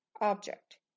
object